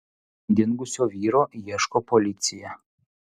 dingusio vyro ieško policija